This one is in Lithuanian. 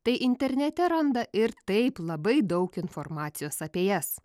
tai internete randa ir taip labai daug informacijos apie jas